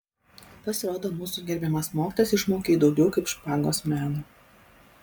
pasirodo mūsų gerbiamas mokytojas išmokė jį daugiau kaip špagos meno